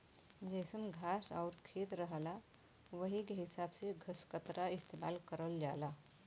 जइसन घास आउर खेत रहला वही के हिसाब से घसकतरा इस्तेमाल करल जाला